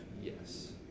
Yes